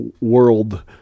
world